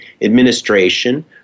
administration